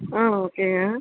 ஆ ஓகேங்க